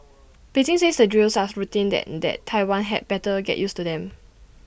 Beijing says the drills us routine that that Taiwan had better get used to them